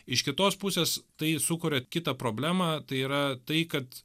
iš kitos pusės tai sukuria kitą problemą tai yra tai kad